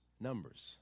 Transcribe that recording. numbers